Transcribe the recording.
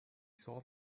saw